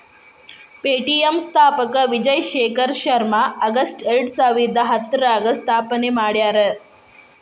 Paytm ಸ್ಥಾಪಕ Vijay Shekhar Sharma August ಎರಡಸಾವಿರದ ಹತ್ತರಾಗ ಸ್ಥಾಪನೆ ಮಾಡ್ಯಾರ